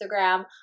Instagram